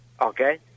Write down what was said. Okay